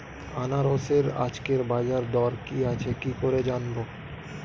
আনারসের আজকের বাজার দর কি আছে কি করে জানবো?